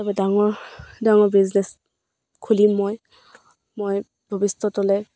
তাৰপৰা ডাঙৰ ডাঙৰ বিজনেছ খুলিম মই মই ভৱিষ্যতলৈ